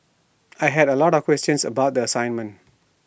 I had A lot of questions about the assignment